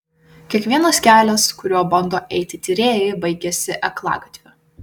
kiekvienas kelias kuriuo bando eiti tyrėjai baigiasi aklagatviu